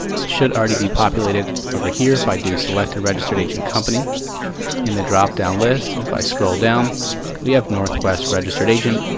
it should already be populated over here if i do select a registered agent company in the drop-down list if i scroll down we have northwest registered agent,